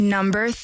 Number